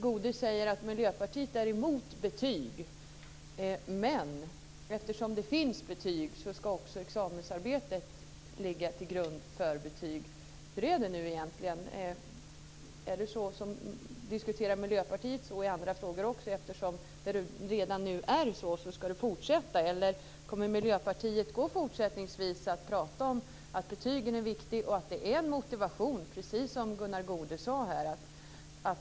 Goude säger att Miljöpartiet är emot betyg, men eftersom det finns betyg ska också examensarbetet ligga till grund för betyg. Hur är det egentligen? Diskuterar Miljöpartiet så i andra frågor också, dvs. att det ska fortsätta på ett sätt därför att det redan är på det sättet? Kommer Miljöpartiet kanske fortsättningsvis att prata om att betygen är viktiga och att de är en motivationsfaktor, precis som Gunnar Goude sade?